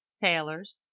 sailors